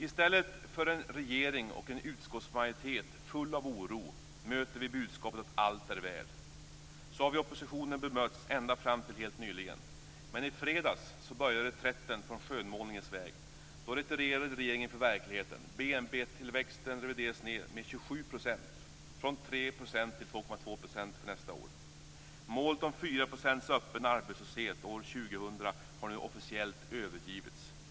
I stället för en regering och en utskottsmajoritet full av oro möter vi budskapet att allt är väl. Så har vi i oppositionen bemötts ända fram till helt nyligen. Men i fredags började reträtten från skönmålningens väg. Då retirerade regeringen inför verkligheten. till 2,2 % för nästa år. Målet om 4 % öppen arbetslöshet år 2000 har nu officiellt övergivits.